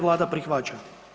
Vlada prihvaća.